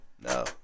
No